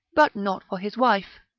but not for his wife,